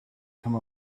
come